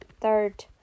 third